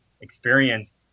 experienced